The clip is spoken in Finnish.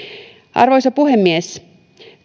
arvoisa puhemies